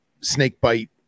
snakebite